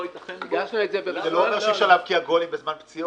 ייתכן בו --- זה לא --- כי היו גולים בזמן פציעות,